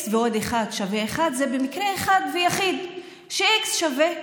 x ועוד אחת שווה אחת במקרה אחד ויחיד: כשה-x שווה אפס.